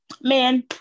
Man